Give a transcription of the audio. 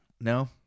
No